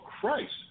Christ